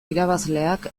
irabazleak